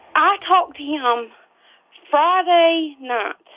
i talked to yeah ah him friday night.